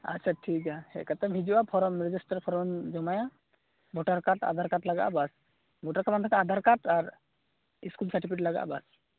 ᱟᱪᱷᱟ ᱴᱷᱤᱠ ᱜᱮᱭᱟ ᱦᱮᱡ ᱠᱟᱛᱮᱢ ᱦᱤᱡᱩᱜᱼᱟ ᱯᱷᱚᱨᱚᱢ ᱨᱤᱡᱤᱥᱴᱟᱨ ᱯᱷᱚᱨᱚᱢ ᱮᱢ ᱡᱚᱢᱟᱭᱟ ᱵᱷᱳᱴᱟᱨ ᱠᱟᱨᱰ ᱟᱰᱷᱟᱨ ᱠᱟᱨᱰ ᱞᱟᱜᱟᱜᱼᱟ ᱵᱟᱥ ᱵᱷᱳᱴᱟᱨ ᱠᱟᱨᱰ ᱵᱟᱝ ᱛᱟᱦᱮᱱ ᱠᱷᱟᱱ ᱟᱫᱷᱟᱨ ᱠᱟᱨᱰ ᱟᱨ ᱤᱥᱠᱩᱞ ᱥᱟᱨᱴᱚᱯᱤᱠᱮᱴ ᱞᱟᱜᱟᱜᱼᱟ ᱵᱟᱥ